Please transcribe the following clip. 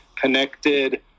connected